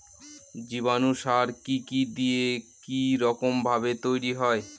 জীবাণু সার কি কি দিয়ে কি রকম ভাবে তৈরি হয়?